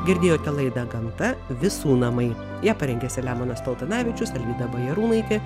girdėjote laidą gamta visų namai ją parengė selemonas paltanavičius alvyda bajarūnaitė